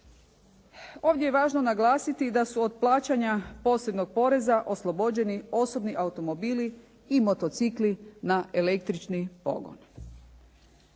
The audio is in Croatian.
Ovdje je važno naglasiti da su od plaćanja posebnog poreza oslobođeni osobni automobili i motocikli na električni pogon.